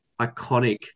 iconic